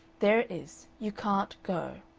there it is. you can't go.